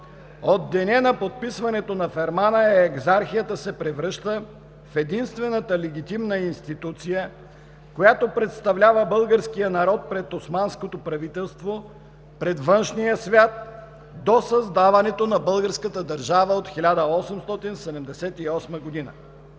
От деня на подписването на фермана Екзархията се превръща в единствената легитимна институция, която представлява българския народ пред османското правителство и пред външния свят до създаването на българската държава през 1878 г.